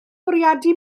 bwriadu